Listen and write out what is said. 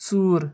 ژوٗر